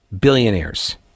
billionaires